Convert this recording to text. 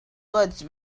woods